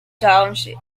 township